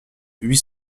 huit